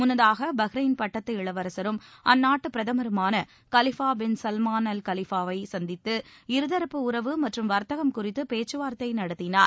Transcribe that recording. முன்னதாக பஹ்ரைன் பட்டத்து இளவரசரும் அந்நாட்டு பிரதமருமான கலிஃபா பின் சல்மான் அல் கலிஃபாவை சந்தித்து இருதரப்பு உறவு மற்றும் வர்த்தகம் குறித்து பேச்சுவார்த்தை நடத்தினார்